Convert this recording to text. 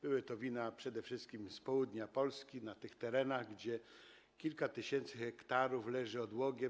Były to wina przede wszystkim z południa Polski, z tych terenów, gdzie kilka tysięcy hektarów leży odłogiem.